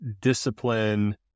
discipline